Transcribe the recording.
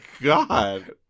god